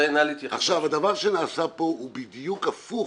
הדבר שנעשה פה הוא בדיוק הפוך.